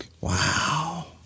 Wow